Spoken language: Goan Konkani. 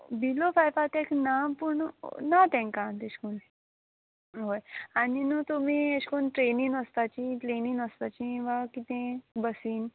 बिलो फायफ आ ताका ना पूण ना तांकां तेश कोन हय आनी न्हू तुमी एश कोन ट्रेनीन वोसपाचीं प्लेनीन वोसपाचीं वा कितें बसीन